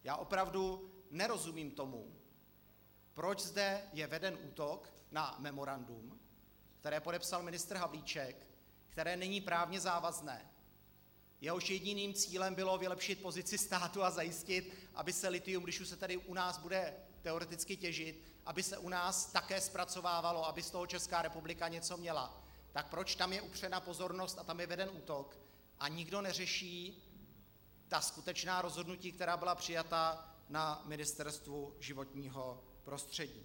Já opravdu nerozumím tomu, proč zde je veden útok na memorandum, které podepsal ministr Havlíček, které není právně závazné, jehož jediným cílem bylo vylepšit pozici státu a zajistit, aby se lithium, když už se tady u nás bude teoreticky těžit, aby se u nás také zpracovávalo, aby z toho Česká republika něco měla, tak proč tam je upřena pozornost a tam je veden útok a nikdo neřeší ta skutečná rozhodnutí, která byla přijata na Ministerstvu životního prostředí.